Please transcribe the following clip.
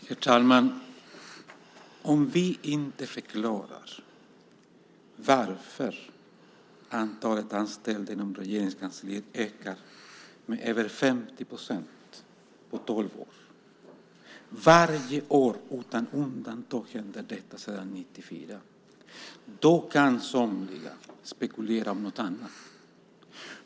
Herr talman! Om vi inte förklarar varför antalet anställda i Regeringskansliet ökar med över 50 % på tolv år - varje år utan undantag har detta hänt sedan 1994 - kan somliga spekulera om någonting annat.